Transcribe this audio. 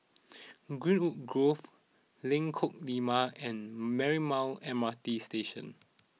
Greenwood Grove Lengkok Lima and Marymount M R T Station